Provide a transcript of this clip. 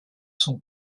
sont